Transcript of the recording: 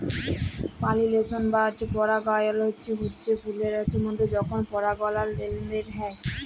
পালিলেশল বা পরাগায়ল হচ্যে ফুলের মধ্যে যখল পরাগলার লেলদেল হয়